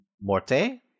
morte